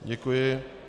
Děkuji.